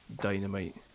Dynamite